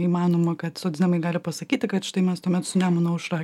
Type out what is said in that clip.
įmanoma kad socdemai gali pasakyti kad štai mes tuomet su nemuno aušra